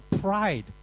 pride